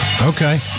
Okay